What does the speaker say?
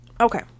Okay